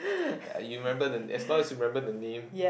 ya you remember the as long as you remember the name